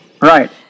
Right